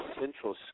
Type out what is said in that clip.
Central